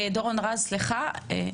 דורון רז, סליחה.